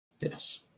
Yes